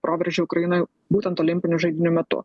proveržį ukrainoj būtent olimpinių žaidynių metu